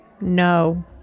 No